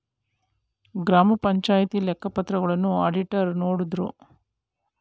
ಗ್ರಾಮ ಪಂಚಾಯಿತಿ ಲೆಕ್ಕ ಪತ್ರಗಳನ್ನ ಅಡಿಟರ್ ನೋಡುದ್ರು